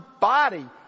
body